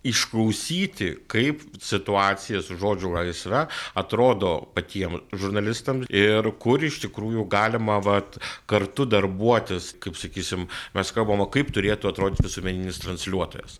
išklausyti kaip situacija su žodžio laisve atrodo patiem žurnalistam ir kur iš tikrųjų galima vat kartu darbuotis kaip sakysim mes kalbama kaip turėtų atrodyti visuomeninis transliuotojas